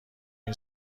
این